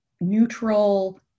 neutral